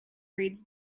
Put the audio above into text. reads